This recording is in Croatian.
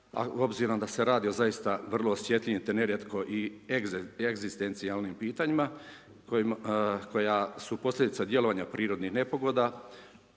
obzirom da se radi o zaista vrlo osjetljivim te nerijetko i egzistencijalnim pitanjima koja su posljedica djelovanja prirodnih nepogoda